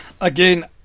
again